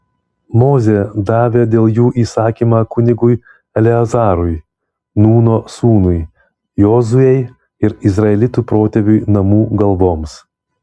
mozė davė dėl jų įsakymą kunigui eleazarui nūno sūnui jozuei ir izraelitų protėvių namų galvoms